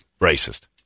racist